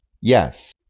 Yes